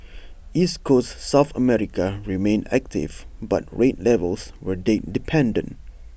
East Coast south America remained active but rate levels were date dependent